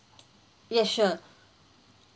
yes sure